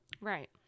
Right